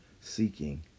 seeking